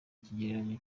ikigereranyo